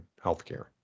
healthcare